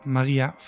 Maria